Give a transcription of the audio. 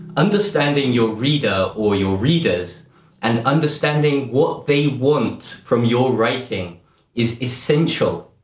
understanding your reader, or your readers and understanding what they want from your writing is essential.